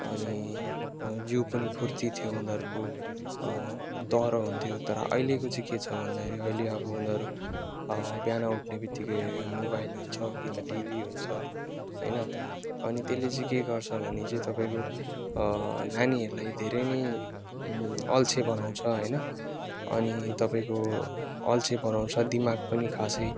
अनि जिउ पनि फुर्ती थियो उनीहरूको दह्रो हुन्थ्यो तर अहिलेको चाहिँ के छ भन्दाखेरि अहिले उनीहरू बिहान उठ्ने बित्तिकै मोबाइल हुन्छ कि त टिभी हुन्छ होइन अनि त्यसले चाहिँ के गर्छ भने चाहिँ तपाईँको नानीहरूलाई धेरै नै अल्छे बनाउँछ होइन अनि तपाईँको अल्छे बनाउँछ दिमाग पनि खासै